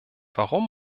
warum